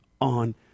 on